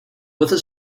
with